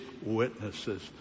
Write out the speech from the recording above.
witnesses